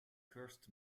cursed